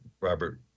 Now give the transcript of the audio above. Robert